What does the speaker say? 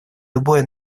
любое